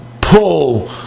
pull